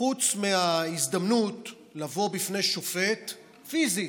חוץ מההזדמנות לבוא בפני שופט, פיזית,